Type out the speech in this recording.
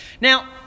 Now